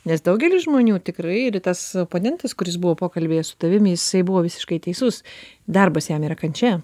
nes daugelis žmonių tikrai ir tas oponentas kuris buvo pokalbyje su tavim jisai buvo visiškai teisus darbas jam yra kančia